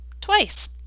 twice